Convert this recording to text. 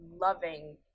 loving